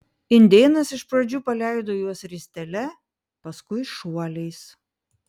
indėnas iš pradžių paleido juos ristele paskui šuoliais